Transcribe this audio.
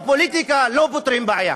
בפוליטיקה לא פותרים בעיה.